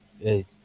hey